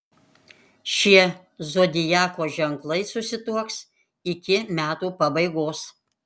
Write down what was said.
šie zodiako ženklai susituoks iki metų pabaigos